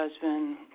husband